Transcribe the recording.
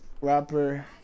rapper